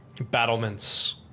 battlements